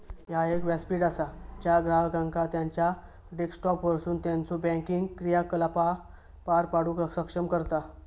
ह्या एक व्यासपीठ असा ज्या ग्राहकांका त्यांचा डेस्कटॉपवरसून त्यांचो बँकिंग क्रियाकलाप पार पाडूक सक्षम करतत